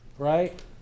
Right